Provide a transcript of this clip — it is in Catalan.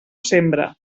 sembre